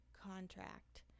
contract